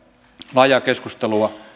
laajaa keskustelua